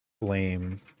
blame